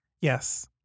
Yes